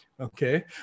Okay